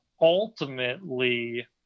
ultimately